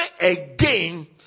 again